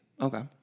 Okay